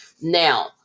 Now